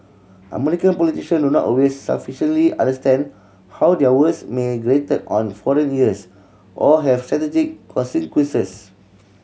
American politician do not always sufficiently understand how their words may grated on foreign ears or have strategic consequences